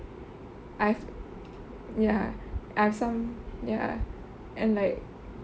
I've ya I've some and like